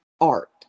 art